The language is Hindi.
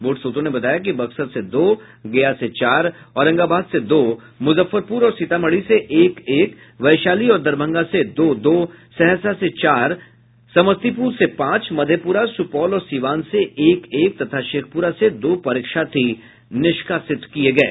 बोर्ड सूत्रों ने बताया कि बक्सर से दो गया से चार औरंगाबाद से दो मुजफ्फरपुर और सीतामढ़ी से एक एक वैशाली और दरभंगा से दो दो सहरसा से चार समस्तीपुर से पांच मधेपुरा सुपौल और सीवान से एक एक तथा शेखपुरा से दो परीक्षार्थी निष्कासित किये गये